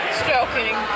stroking